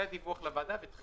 והדיווח לוועדה והתחילה.